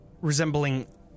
resembling